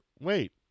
Wait